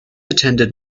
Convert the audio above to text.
attended